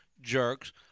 jerks